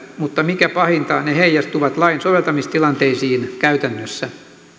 mutta mikä pahinta ne heijastuvat lain soveltamistilanteisiin käytännössä